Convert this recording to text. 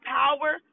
power